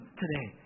today